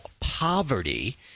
poverty